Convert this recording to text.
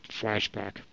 flashback